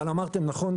אבל אמרתם נכון,